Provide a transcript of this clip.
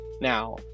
now